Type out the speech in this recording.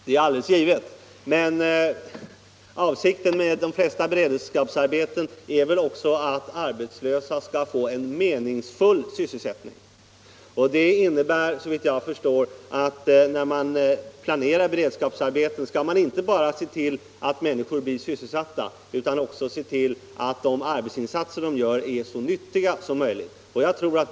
Herr talman! Det är alldeles givet, men avsikten med de flesta beredskapsarbeten är väl också att arbetslösa skall få en meningsfull sysselsättning. Och det innebär såvitt jag förstår att när man planerar beredskapsarbeten skall man se till inte bara att människor blir sysselsatta utan också att deras arbetsinsatser blir så nyttiga som möjligt.